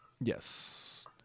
Yes